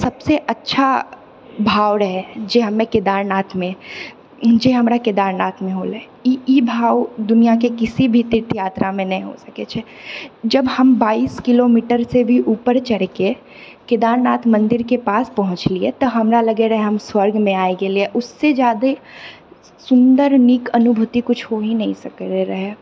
सबसँ अच्छा भाव रहै जे हमे केदारनाथमे जे हमरा केदारनाथमे होले ई ई भाव दुनियाके किसी भी तीर्थयात्रामे नहि हो सकैत छै जब हम बाइस किलोमीटरसँ भी उपर चढ़िके केदारनाथ मन्दिरके पास पहुँचलिऐ तऽ हमरा लगै रहै हम स्वर्गमे आइ गेलिऐ उससँ जादे सुन्दर नीक अनुभूति किछु हो हि नहि सकैत रहए